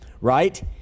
Right